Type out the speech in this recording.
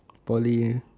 poly